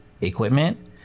equipment